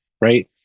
right